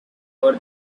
for